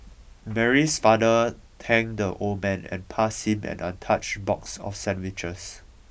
Mary's father thanked the old man and passed him an untouched box of sandwiches